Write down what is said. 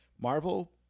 Marvel